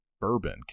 bourbon